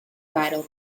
vital